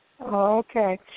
Okay